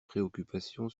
préoccupation